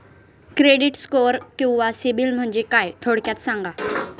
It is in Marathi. क्रेडिट स्कोअर किंवा सिबिल म्हणजे काय? थोडक्यात सांगा